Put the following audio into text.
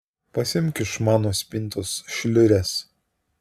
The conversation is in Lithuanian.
pasiimk iš mano spintos šliures